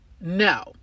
No